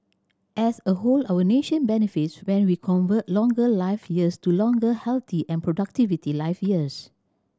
as a whole our nation benefits when we convert longer life years to longer healthy and productivity life years